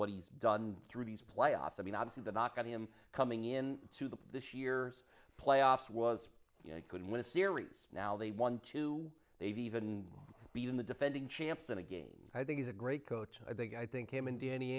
what he's done through these playoffs i mean obviously the knock on him coming in to the this year's playoffs was you know he could win a series now they won two they've even been in the defending champs and again i think he's a great coach i think i think him and an